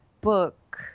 book